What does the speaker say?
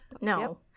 No